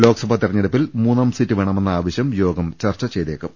ലോക്സഭാ തെരഞ്ഞെടുപ്പിൽ മൂന്നാം സീറ്റ് വേണമെന്ന ആവശ്യം യോഗം ചർച്ച ചെയ്തേക്കും